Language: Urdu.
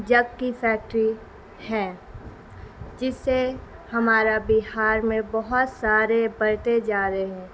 جگ کی فیکٹری ہیں جس سے ہمارا بہار میں بہت سارے بڑھتے جا رہے ہیں